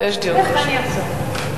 אלך ואחזור.